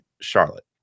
Charlotte